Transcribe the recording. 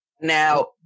Now